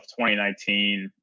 2019